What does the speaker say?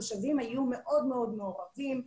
התושבים היו מאוד מאוד מעורבים,